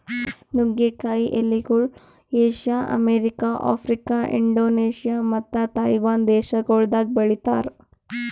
ನುಗ್ಗೆ ಕಾಯಿ ಎಲಿಗೊಳ್ ಏಷ್ಯಾ, ಅಮೆರಿಕ, ಆಫ್ರಿಕಾ, ಇಂಡೋನೇಷ್ಯಾ ಮತ್ತ ತೈವಾನ್ ದೇಶಗೊಳ್ದಾಗ್ ಬೆಳಿತಾರ್